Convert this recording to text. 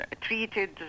treated